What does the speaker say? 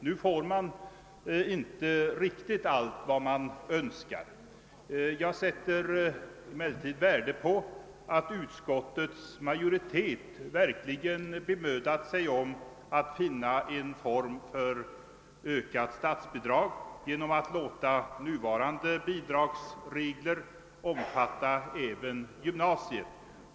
Nu får man emellertid inte riktigt allt vad man önskar. Jag sätter dock värde på att utskottets majoritet verkligen bemödat sig om att finna en form för höjt statsbidrag genom att låta nuvarande bidragsregler omfatta även gymnasiet.